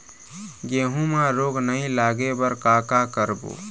गेहूं म रोग नई लागे बर का का करबो?